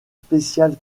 spécial